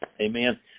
Amen